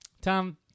Tom